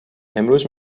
امروز